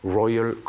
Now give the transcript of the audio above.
royal